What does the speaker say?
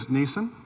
Neeson